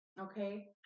okay